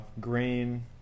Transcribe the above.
green